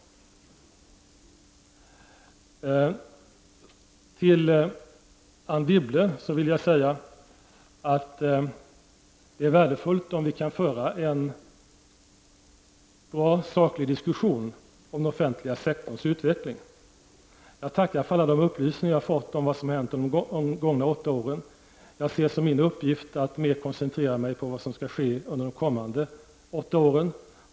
Till Anne Wibble vill jag säga att det är värdefullt om vi kan föra en bra, saklig diskussion om den offentliga sektorns utveckling. Jag tackar för alla de upplysningar som jag har fått om vad som har hänt under de gångna åtta åren, men ser det som min uppgift att mera koncentrera mig på vad som skall ske under de kommande åtta åren.